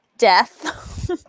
death